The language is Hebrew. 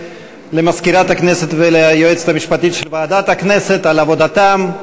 למזכירת הכנסת וליועצת המשפטית של ועדת הכנסת על עבודתם,